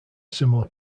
similar